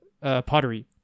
pottery